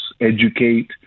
educate